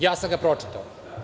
Ja sam ga pročitao.